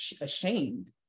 ashamed